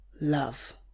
love